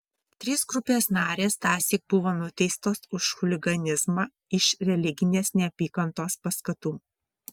trys grupės narės tąsyk buvo nuteistos už chuliganizmą iš religinės neapykantos paskatų